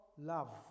love